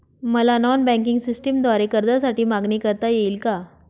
मला non banking सिस्टमद्वारे कर्जासाठी मागणी करता येईल का?